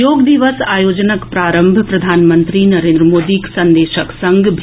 योग दिवस आयोजनक प्रारंभ प्रधानमंत्री नरेंद्र मोदीक संदेशक संग भेल